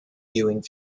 viewing